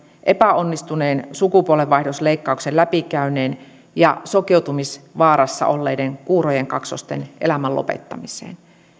epäonnistuneen sukupuolenvaihdosleikkauksen läpikäyneen ja sokeutumisvaarassa olleiden kuurojen kaksosten elämän lopettamiseen